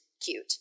cute